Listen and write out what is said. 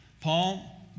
Paul